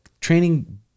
training